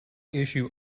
issue